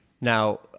Now